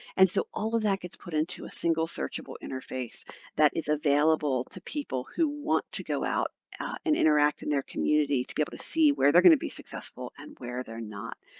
and so all of that gets put into a single searchable interface that is available to people who want to go out and interact in their community to be able to see where they're going to be successful and where they're not.